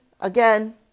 again